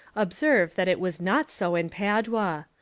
observe that it was not so in padua.